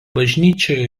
bažnyčioje